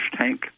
tank